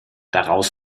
daraus